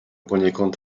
poniekąd